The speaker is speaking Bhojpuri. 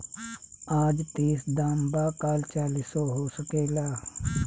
आज तीस दाम बा काल चालीसो हो सकेला